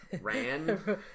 ran